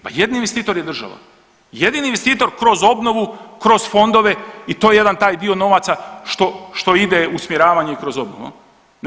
Pa jedini investitor je država, jedini investitor kroz obnovu, kroz fondove i to je jedan taj dio novaca što, što ide u usmjeravanje i kroz obnovu jel.